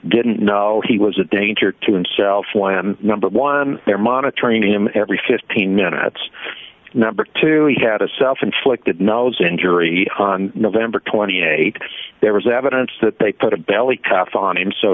didn't know he was a danger to himself why am number one they're monitoring him every fifteen minutes number two he had a self inflicted nose injury on november th there was evidence that they put a belly cuff on him so